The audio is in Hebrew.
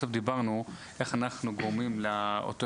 בסוף דיברנו איך אנחנו גורמים לאותו